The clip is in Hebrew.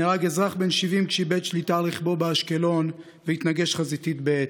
נהרג אזרח בן 70 כשאיבד שליטה על רכבו באשקלון והתנגש חזיתית בעץ,